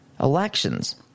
elections